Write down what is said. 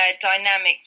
dynamic